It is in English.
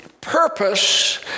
purpose